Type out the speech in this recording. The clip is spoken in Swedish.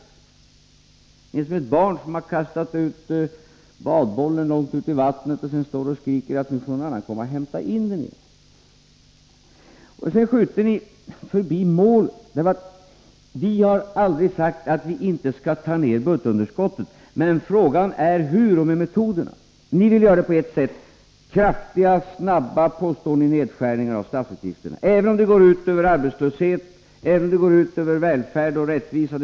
Ni uppträder som ett barn som har kastat ut badbollen i vattnet och sedan står och skriker åt någon annan att hämta in den. Ni skjuter också förbi målet. Vi har aldrig sagt att vi inte skall ta ned budgetunderskottet. Frågan är bara hur och med vilka metoder. Ni vill, påstår ni, göra det med hjälp av kraftiga och snabba nedskärningar av statsutgifterna, även om det skapar arbetslöshet och går ut över välfärd och rättvisa.